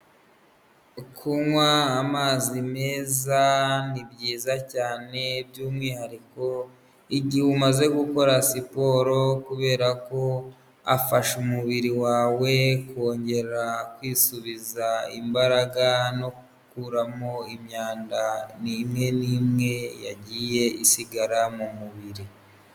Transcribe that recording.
Kunywa amazi meza ni byiza cyane by'umwihariko igihe umaze gukora siporo kubera ko ufasha umubiri wawe kongera kwisubiza imbaraga no gukuramo imyanda ni imwe n'imwe yagiye isigara mu mubiri.